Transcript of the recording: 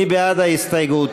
מי בעד ההסתייגות?